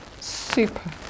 super